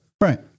Right